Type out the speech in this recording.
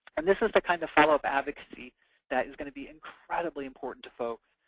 and this is the kind of follow-up advocacy that is going to be incredibly important to folks.